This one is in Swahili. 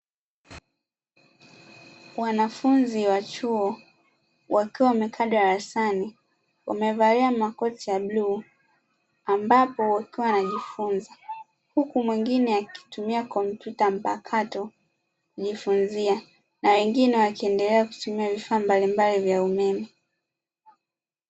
Wanafunzi wa chuo wakiwa wamekaa darasani, wamevalia makoti ya bluu, ambapo wakiwa wanajifunza, huku mwingine akitumia kompyuta mpakato kujifunzia, na wengine wakiendelea kutumia vifaa mbalimbali vya umeme.